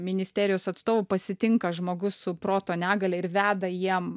ministerijos atstovų pasitinka žmogus su proto negalia ir veda jiem